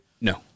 No